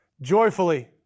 joyfully